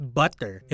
butter